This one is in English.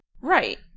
Right